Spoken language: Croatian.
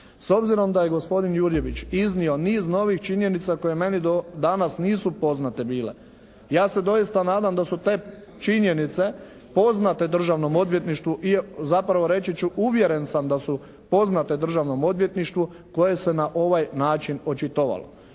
S obzirom da je i gospodin Jurjević iznio niz novih činjenica koje meni do danas nisu poznate bile, ja se doista nadam da su te činjenice poznate Državnom odvjetništvu i zapravo reći ću uvjeren sam da su poznate Državnom odvjetništvu koje se na ovaj način očitovalo.